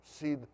see